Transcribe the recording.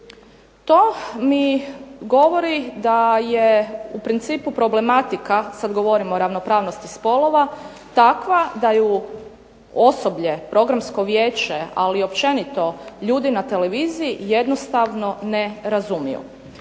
To mi govori da je u principu problematika, sada govorim o ravnopravnosti spolova, takva da ju osoblje, programsko vijeće ali općenito ljudi na televiziji jednostavno ne razumiju.